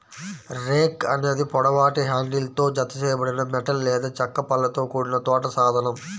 rake అనేది పొడవాటి హ్యాండిల్తో జతచేయబడిన మెటల్ లేదా చెక్క పళ్ళతో కూడిన తోట సాధనం